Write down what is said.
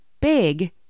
big –